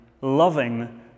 loving